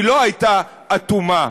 היא לא הייתה אטומה.